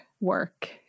work